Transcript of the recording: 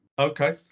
Okay